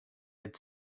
had